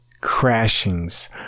crashings